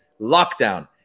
lockdown